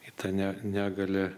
į tą ne negalią